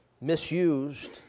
misused